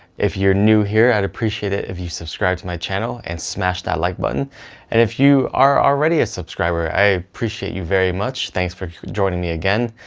if you're new here, i'd appreciate it if you'd subscribe to my channel and smash that like button. and if you are already a subscriber i appreciate you very much, thanks for joining me again.